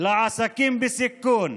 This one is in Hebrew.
לעסקים בסיכון.